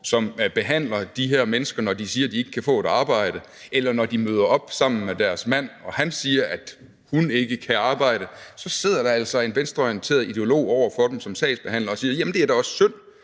sagsbehandlere for de her mennesker, står for. Når de siger, de ikke kan få et arbejde, eller når de møder op sammen med deres mand, og han siger, at hun ikke kan arbejde, sidder der altså en venstreorienteret ideolog over for dem som sagsbehandler og siger, at det da også er synd,